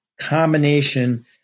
combination